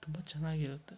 ತುಂಬ ಚೆನ್ನಾಗಿರುತ್ತೆ